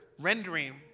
Rendering